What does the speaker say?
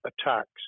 attacks